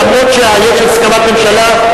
אף שיש הסכמת הממשלה,